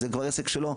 זה כבר עסק שלו,